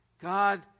God